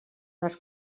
les